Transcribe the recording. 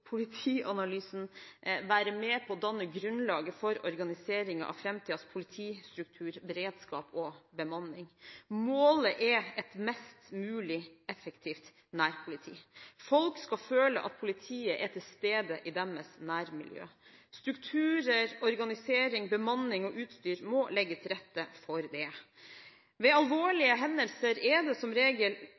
politianalysen være med på å danne grunnlaget for organiseringen av framtidens politistruktur, beredskap og bemanning. Målet er et mest mulig effektivt nærpoliti. Folk skal føle at politiet er til stede i deres nærmiljø. Strukturer, organisering, bemanning og utstyr må legge til rette for det. Ved alvorlige hendelser er det som regel